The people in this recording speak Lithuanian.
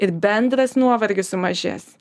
ir bendras nuovargis sumažės